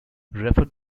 refer